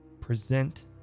present